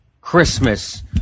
Christmas